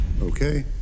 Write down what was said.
Okay